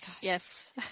Yes